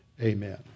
Amen